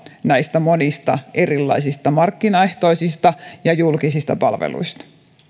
näistä monista erilaisista markkinaehtoisista ja julkisista palveluista